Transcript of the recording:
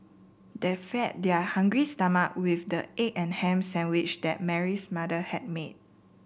they fed their hungry stomach with the egg and ham sandwich that Mary's mother had made